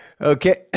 Okay